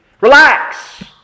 Relax